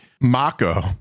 Mako